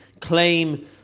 claim